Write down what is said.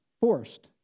forced